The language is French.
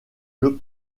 jeux